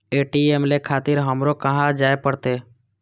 ATM ले खातिर हमरो कहाँ जाए परतें?